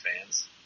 fans